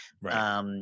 Right